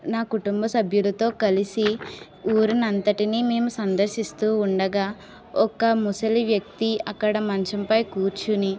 నా కుటుంబ సభ్యులతో కలిసి ఊరినంతటిని మేము సందర్శిస్తూ ఉండగా ఒక ముసలి వ్యక్తి అక్కడ మంచం పై కూర్చుని